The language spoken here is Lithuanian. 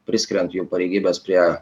priskiriant jų pareigybes prie